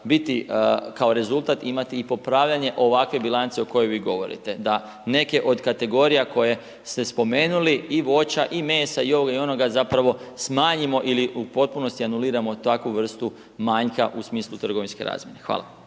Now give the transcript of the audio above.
biti kao rezultat imati i popravljanje ovakve bilance o kojoj vi govorite, da neke od kategorija, koje ste spomenuli i voća i ovoga i onoga, zapravo smanjimo ili u potpunosti alumiramo takvu vrstu manjka u smislu trgovinske razmjene. Hvala.